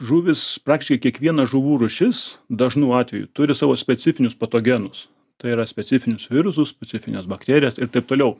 žuvys praktiškai kiekviena žuvų rūšis dažnu atveju turi savo specifinius patogenus tai yra specifinius virusus specifines bakterijas ir taip toliau